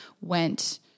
went